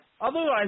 Otherwise